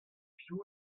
piv